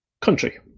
Country